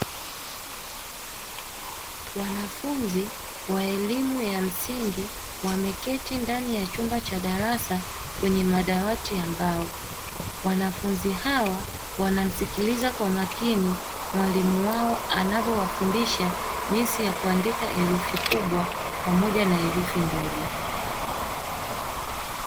Wanafunzi wa elimu ya msingi wameketi ndani ya chumba cha darasa kwenye madawati ya mbao, wanafunzi hawa wanamsikiliza kwa makini mwalimu wao anavyowafundisha jinsi ya kuandika herufi kubwa pamoja na herufi ndogo.